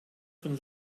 von